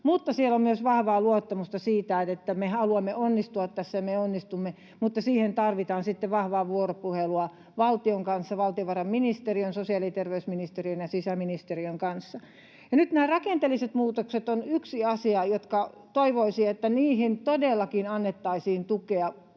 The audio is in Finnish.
Siellä on myös vahvaa luottamusta siitä, että me haluamme onnistua tässä ja me onnistumme, mutta siihen tarvitaan vahvaa vuoropuhelua valtion kanssa, valtiovarainministeriön, sosiaali‑ ja terveysministeriön ja sisäministeriön kanssa. Nämä rakenteelliset muutokset ovat yksi asia, joista toivoisi, että niihin todellakin annettaisiin tukea,